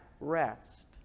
rest